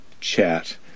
chat